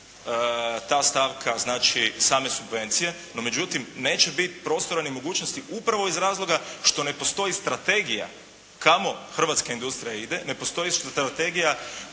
ta stavka znači same subvencije, no međutim neće biti prostora ni mogućnosti upravo iz razloga što ne postoji strategija kamo hrvatska industrija ide, ne postoji strategija